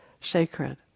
sacred